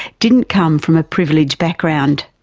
didn't come from a privileged background.